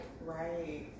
Right